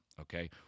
Okay